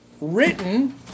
written